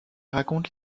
raconte